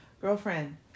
Girlfriend